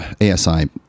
ASI